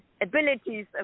abilities